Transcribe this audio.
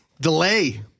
delay